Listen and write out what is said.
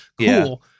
Cool